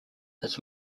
his